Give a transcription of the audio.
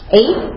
eight